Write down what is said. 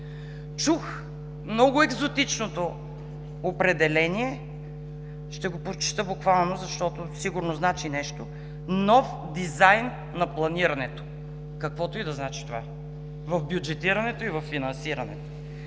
Чух много екзотичното определение, ще го прочета буквално, защото сигурно значи нещо: „Нов дизайн на планирането – каквото и да значи това – в бюджетирането и във финансирането“.